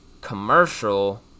Commercial